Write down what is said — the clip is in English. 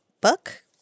book